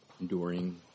enduring